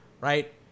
right